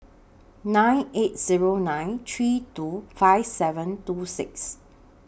nine eight Zero nine three two five seven two six